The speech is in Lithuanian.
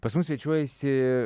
pas mus svečiuojasi